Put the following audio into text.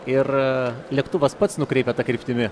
ir lėktuvas pats nukreipia ta kryptimi